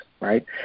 right